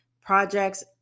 projects